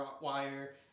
wire